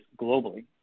globally